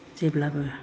जेब्लाबो